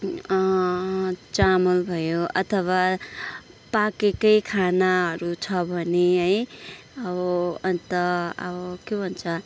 चामल भयो अथवा पाकेकै खानाहरू छ भने है अब अन्त अब के भन्छ